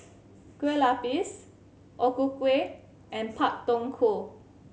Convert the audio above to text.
Kueh Lapis O Ku Kueh and Pak Thong Ko